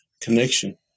connection